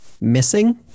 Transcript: missing